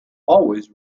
always